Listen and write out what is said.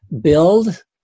build